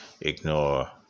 ignore